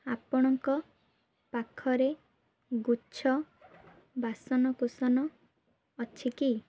ଆପଣଙ୍କ ପାଖରେ ଗୁଚ୍ଛ ବାସନକୁସନ ଅଛି କି